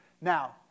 Now